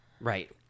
right